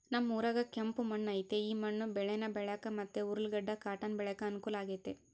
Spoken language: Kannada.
ನಮ್ ಊರಾಗ ಕೆಂಪು ಮಣ್ಣು ಐತೆ ಈ ಮಣ್ಣು ಬೇಳೇನ ಬೆಳ್ಯಾಕ ಮತ್ತೆ ಉರ್ಲುಗಡ್ಡ ಕಾಟನ್ ಬೆಳ್ಯಾಕ ಅನುಕೂಲ ಆಗೆತೆ